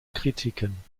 kritiken